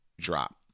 drop